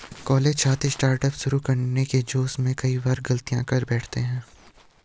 college छात्र startup शुरू करने के जोश में कई बार गलतियां कर बैठते हैं